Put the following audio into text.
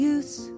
use